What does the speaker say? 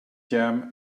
jam